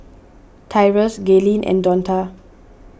Tyrus Gaylene and Donta